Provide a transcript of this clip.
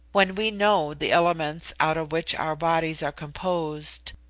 when we know the elements out of which our bodies are composed,